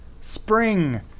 spring